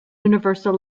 universal